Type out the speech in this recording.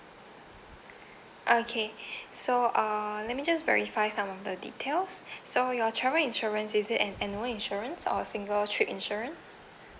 okay so uh let me just verify some of the details so your travel insurance is it an annual insurance or single trip insurance